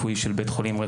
שלום.